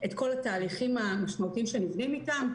ואת כל התהליכים המשמעותיים שנבנים איתם?